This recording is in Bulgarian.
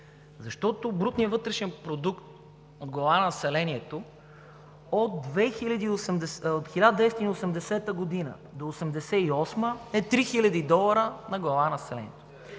Защото брутният вътрешен продукт на глава от населението от 1980 г. до 1988 г. е три хиляди долара на глава от населението.